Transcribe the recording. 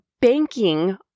banking